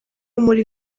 muri